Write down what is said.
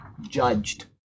judged